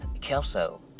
Kelso